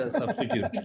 substitute